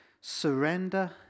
surrender